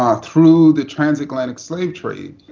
ah through the transatlantic slave trade,